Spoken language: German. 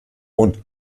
und